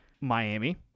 Miami